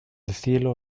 cielo